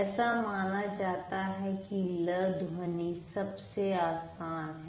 ऐसा माना जाता है की ल ध्वनि सबसे आसान है